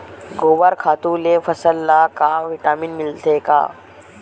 गोबर खातु ले फसल ल का विटामिन मिलथे का?